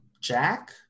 Jack